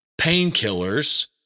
painkillers